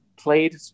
played